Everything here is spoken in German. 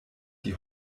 die